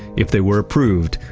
if they were approved,